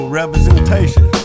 representation